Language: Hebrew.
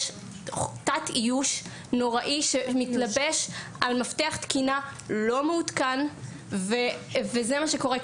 יש תת איוש נוראי שמתלבש על מפתח תקינה לא מעודכן וזה מה שקורה.